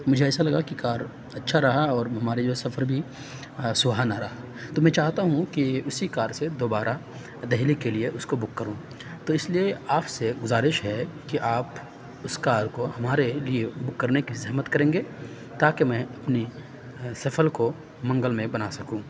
مجھے ایسا لگا کہ کار اچھا رہا اور ہمارے جو سفر بھی سُہانا رہا تو میں چاہتا ہوں کہ اِسی کار سے دوبارہ دہلی کے لیے اُس کو بک کروں تو اِس لیے آپ سے گُزارش ہے کہ آپ اُس کار کو ہمارے لیے بک کرنے کی زحمت کریں گے تاکہ میں اپنی سفل کو منگل میں بنا سکوں